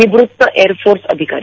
निवृत्त एअरफोर्स अधिकारी